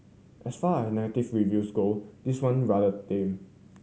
as far as negative reviews go this one rather tame